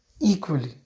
Equally